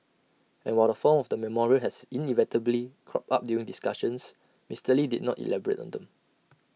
and while the form of the memorial has inevitably cropped up during discussions Mister lee did not elaborate on them